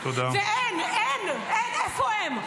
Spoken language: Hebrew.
ואין, אין, איפה הן?